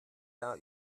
jahr